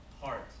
Heart